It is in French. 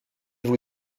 vous